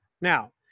Now